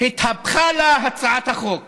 התהפכה לה הצעת החוק